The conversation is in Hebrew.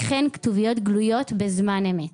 וכן כתוביות גלויות בזמן אמת.